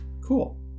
Cool